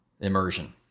immersion